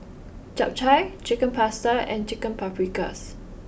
Japchae Chicken Pasta and Chicken Paprikas